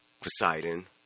Poseidon